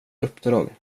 uppdrag